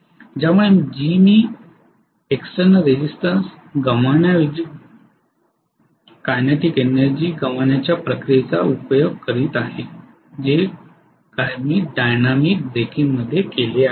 ज्यामुळे जी मी बाह्य प्रतिरोधात गमावण्याऐवजी गतीशील ऊर्जा गमावण्याच्या प्रक्रियेचा उपयोग करीत आहे जे काय मी डायनॅमिक ब्रेकिंगमध्ये केले आहे